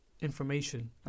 information